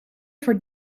voor